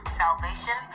salvation